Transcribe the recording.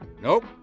Nope